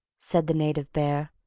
said the native bear.